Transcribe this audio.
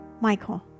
Michael